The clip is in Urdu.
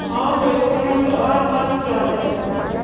آؤ دیکھتے ہیں کہ آس پاس کیا ہے